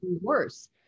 worse